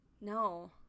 No